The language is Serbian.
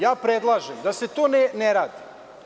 Ja predlažem da se to ne radi.